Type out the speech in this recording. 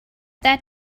that